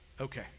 okay